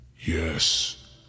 yes